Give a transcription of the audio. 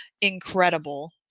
incredible